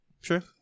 Sure